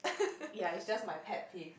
ya it's just my pet peeve